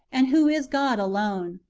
and who is god alone.